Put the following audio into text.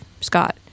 Scott